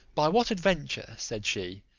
by what adventure, said she,